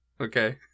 Okay